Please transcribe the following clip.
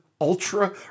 ultra